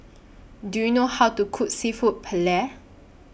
Do YOU know How to Cook Seafood Paella